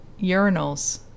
urinals